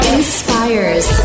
Inspires